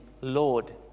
Lord